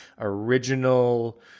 original